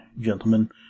gentlemen